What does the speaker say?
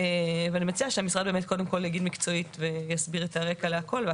ואני מציעה שהמשרד באמת קודם כל יגיד מקצועית ויסביר את הרגע לכל.